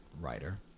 writer